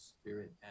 spirit